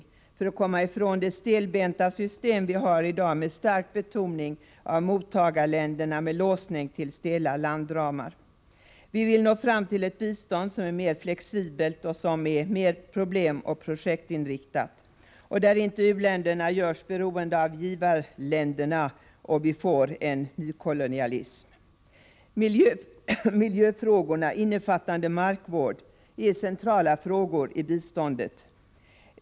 Då skulle man kunna komma ifrån dagens stelbenta system med stark betoning av mottagarländerna och av låsning till stela landramar. Vi vill åstadkomma ett bistånd som är mer flexibelt och mer problemoch projektinriktat, varvid u-länderna inte görs beroende av givarländerna, så att det blir nykolonialism. Miljöfrågorna, innefattande markvård, är centrala när det gäller biståndet.